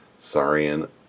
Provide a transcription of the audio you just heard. Sarian